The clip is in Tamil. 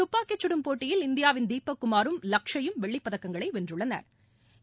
துப்பாக்கி கடும் போட்டியில் இந்தியாவின் தீபக் குமாரும் லக்ஷய் யும் வெள்ளிப்பதக்கங்களை வென்றுள்ளனா்